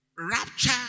rapture